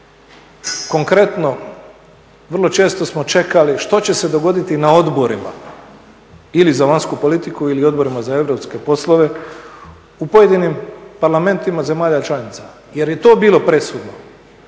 Konkretno vrlo često smo čekali što će se dogoditi na odborima ili za vanjsku politiku ili odborima za europske poslove u pojedinim parlamentima zemalja članicama jer je i to bilo presudno.